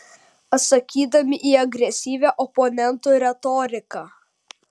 atsakydami į agresyvią oponentų retoriką